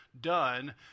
done